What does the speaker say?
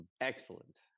Excellent